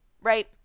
right